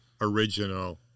original